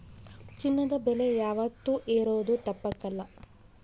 ಚಿನ್ನದ ಬೆಲೆ ಯಾವಾತ್ತೂ ಏರೋದು ತಪ್ಪಕಲ್ಲ